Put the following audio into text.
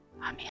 Amen